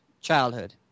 childhood